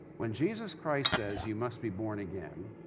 when jesus christ says, you must be born again,